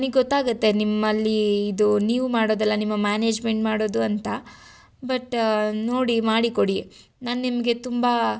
ನನಗ್ ಗೊತ್ತಾಗುತ್ತೆ ನಿಮ್ಮಲ್ಲಿ ಇದು ನೀವು ಮಾಡೋದಲ್ಲ ನಿಮ್ಮ ಮ್ಯಾನೇಜ್ಮೆಂಟ್ ಮಾಡೋದು ಅಂತ ಬಟ್ ನೋಡಿ ಮಾಡಿ ಕೊಡಿ ನಾನು ನಿಮಗೆ ತುಂಬ